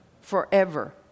Forever